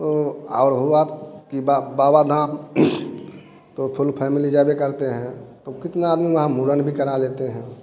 ओ और हुआ त कि बा बाबा धाम तो फुल फैमिली जाया करते हैं तो कितना आदमी वहाँ मुंडन भी करा लेते हैं